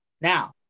Now